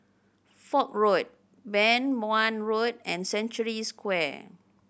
Fort Road Beng Wan Road and Century Square